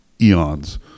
eons